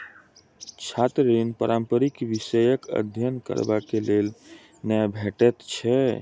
छात्र ऋण पारंपरिक विषयक अध्ययन करबाक लेल नै भेटैत छै